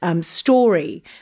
Story